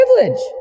privilege